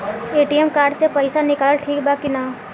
ATM card से पईसा निकालल ठीक बा की ना?